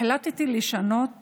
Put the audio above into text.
החלטתי לשנות